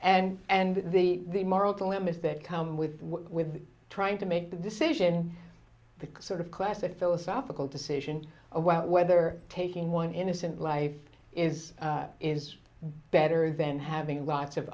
and and the moral dilemmas that come with with trying to make the decision the sort of classic philosophical decision about whether taking one innocent life is is better than having lots of